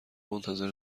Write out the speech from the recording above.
منتظر